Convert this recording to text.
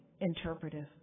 interpretive